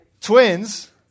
Twins